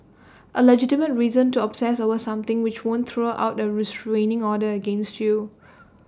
A legitimate reason to obsess over something which won't throw out A restraining order against you